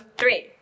three